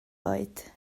oed